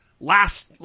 last